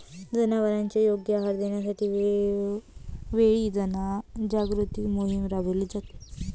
जनावरांना योग्य आहार देण्यासाठी वेळोवेळी जनजागृती मोहीम राबविली जाते